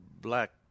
black